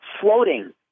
floating